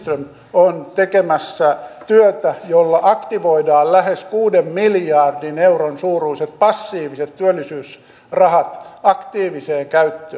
on tekemässä työtä jolla aktivoidaan lähes kuuden miljardin euron suuruiset passiiviset työllisyysrahat aktiiviseen